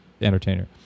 entertainer